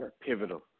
pivotal